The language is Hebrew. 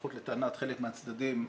לפחות לטענת חלק מהצדדים,